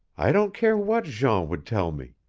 i don't care what jean would tell me.